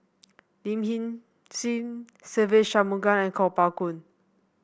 Lin Hsin Hsin Se Ve Shanmugam and Kuo Pao Kun